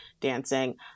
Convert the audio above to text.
dancing